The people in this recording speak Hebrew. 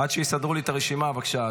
עד שיסדרו לי את הרשימה, בבקשה.